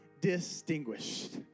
distinguished